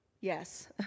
yes